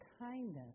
kindness